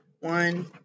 one